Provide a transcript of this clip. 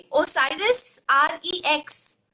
OSIRIS-REX